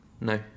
No